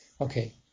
Okay